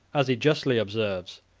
as he justly observes,